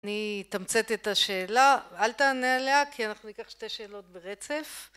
אני אתמצת את השאלה אל תענה עליה כי אנחנו ניקח שתי שאלות ברצף